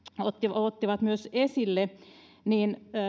ottivat myös esille